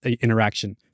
interaction